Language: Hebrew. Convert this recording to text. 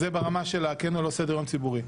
זה ברמה של כן או לא סדר-יום ציבורי.